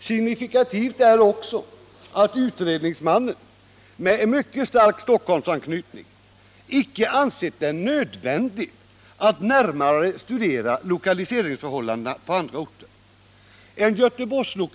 Signifikativt är också att utredningsmannen —- med mycket stark Stockholmsanknytning — inte ansett det nödvändigt att närmare studera lokaliseringsförhållandena på andra orter.